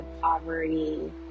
poverty